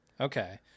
Okay